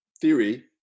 theory